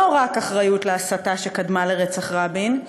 לא רק מאחריות להסתה שקדמה לרצח רבין,